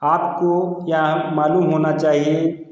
आपको यह मालूम होना चाहिए